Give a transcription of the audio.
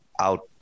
out